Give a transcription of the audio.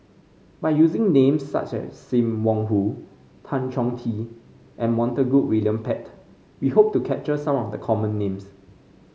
by using names such as Sim Wong Hoo Tan Chong Tee and Montague William Pett we hope to capture some of the common names